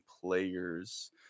players